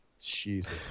Jesus